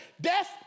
death